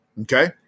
Okay